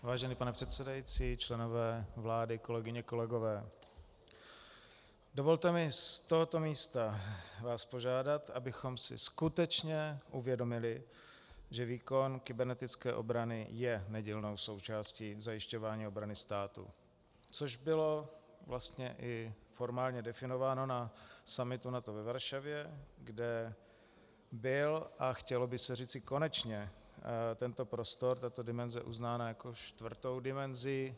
Vážený pane předsedající, členové vlády, kolegyně, kolegové, Dovolte mi z tohoto místa vás požádat, abychom si skutečně uvědomili, že výkon kybernetické obrany je nedílnou součástí k zajišťování obrany státu, což bylo vlastně i formálně definováno na summitu NATO ve Varšavě, kde byl a chtělo by se říci konečně tento prostor, tato dimenze uznána jako čtvrtou dimenzí.